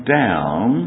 down